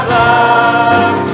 love